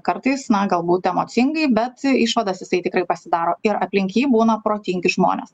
kartais na galbūt emocingai bet išvadas jisai tikrai pasidaro ir aplink jį būna protingi žmonės